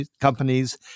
companies